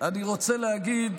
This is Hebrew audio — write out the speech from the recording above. אני רוצה להגיד